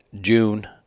june